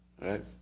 Right